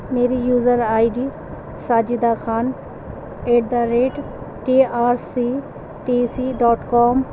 میری user I D Sajida Khan at the rate T R C T C dot com